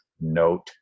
note